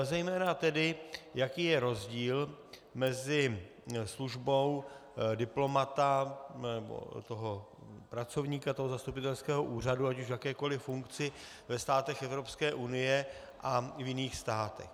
Zejména tedy jaký je rozdíl mezi službou diplomata, nebo pracovníka zastupitelského úřadu ať už v jakékoli funkci, ve státech Evropské unie a v jiných státech.